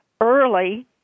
early